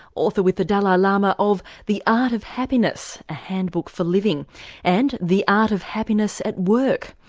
author with the dalai lama of the art of happiness a handbook for living and the art of happiness at work.